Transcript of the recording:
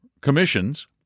commissions